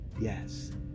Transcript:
Yes